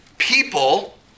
People